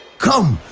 come,